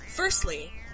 Firstly